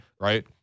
right